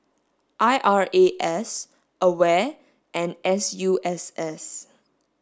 I R A S AWARE and S U S S